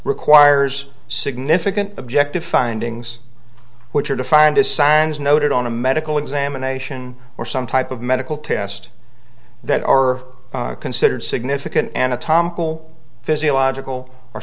requires significant objective findings which are defined as signs noted on a medical examination or some type of medical test that or considered significant anatomical physiological or